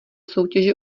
soutěže